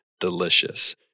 Delicious